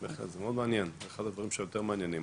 זה מאוד מעניין זה אחד הדברים שיותר מעניינים.